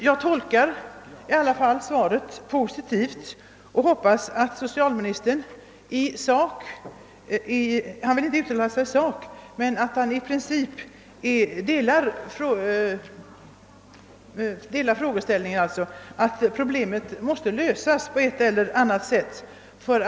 Jag tolkar emellertid svaret så, att socialministern inte vill uttala sig i sak men att vi kan hoppas, att han i princip delar uppfattningen att problemet måste lösas på ett eller annat sätt.